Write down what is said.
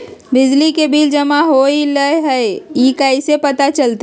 बिजली के बिल जमा होईल ई कैसे पता चलतै?